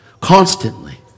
constantly